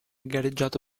gareggiato